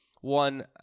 one